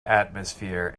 atmosphere